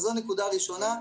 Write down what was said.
זו נקודה ראשונה.